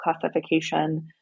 classification